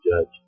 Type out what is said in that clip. judge